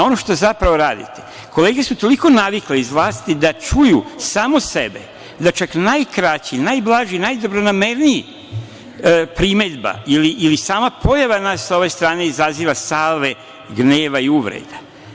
Kolege su toliko navikle iz vlasti da čuju samo sebe, da čak najkraća, najblaža, najdobronamernija primedba, sama pojava nas sa ove strane izaziva salve gneva i uvreda.